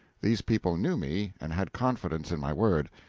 these people knew me, and had confidence in my word.